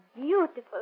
beautiful